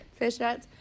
Fishnets